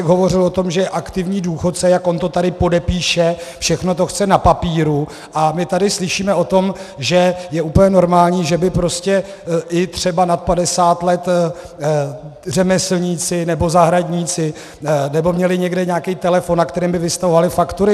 Hovořil o tom, že je aktivní důchodce, jak on to tady podepíše, všechno to chce na papíru, a my tady slyšíme o tom, že je úplně normální, že by i třeba nad 50 let řemeslníci nebo zahradníci měli někde nějaký telefon, na kterém by vystavovali faktury.